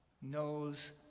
knows